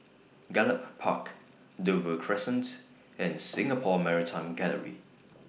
Gallop Park Dover Crescent and Singapore Maritime Gallery